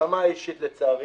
ברמה האישית, לצערי